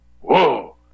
Whoa